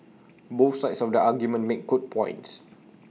both sides of the argument make good points